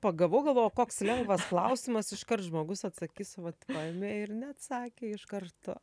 pagavau galvojau koks lengvas klausimas iškart žmogus atsakys vat paėmė ir neatsakė iš karto